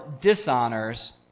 dishonors